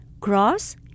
cross